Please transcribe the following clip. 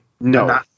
no